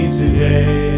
today